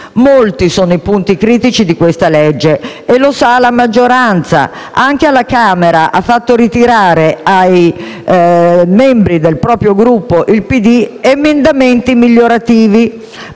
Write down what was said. Molti sono i punti critici di questo provvedimento e la maggioranza lo sa: anche alla Camera ha fatto ritirare ai membri del proprio Gruppo, il PD, emendamenti migliorativi,